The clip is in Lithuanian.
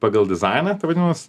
pagal dizainą tai vadinamas